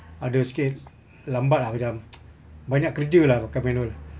ada sikit lambat ah macam banyak kerja lah pakai manual